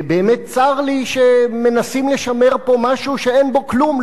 ובאמת צר לי שמנסים לשמר פה משהו שאין בו כלום,